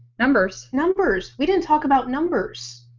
numbers? numbers. we didn't talk about numbers.